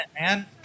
man